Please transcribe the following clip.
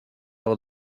are